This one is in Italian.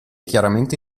chiaramente